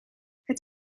het